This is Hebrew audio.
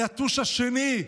היתוש השני,